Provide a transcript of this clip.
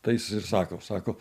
tai jis ir sako sako